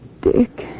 Dick